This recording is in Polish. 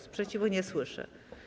Sprzeciwu nie słyszę.